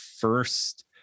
first